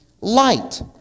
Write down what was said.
light